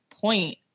point